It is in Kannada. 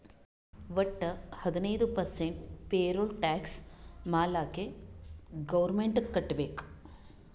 ವಟ್ಟ ಹದಿನೈದು ಪರ್ಸೆಂಟ್ ಪೇರೋಲ್ ಟ್ಯಾಕ್ಸ್ ಮಾಲ್ಲಾಕೆ ಗೌರ್ಮೆಂಟ್ಗ್ ಕಟ್ಬೇಕ್